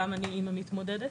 גם אני אימא מתמודדת